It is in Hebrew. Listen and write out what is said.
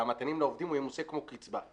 שה --- לעובדים ימוסה כמו קצבה,